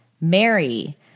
Mary